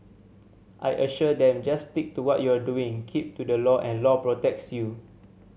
I assured them just stick to what you are doing keep to the law and law protects you